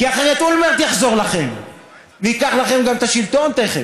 כי אחרת אולמרט יחזור לכם וייקח לכם את השלטון תכף.